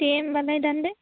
दे होमब्लालाय दानदो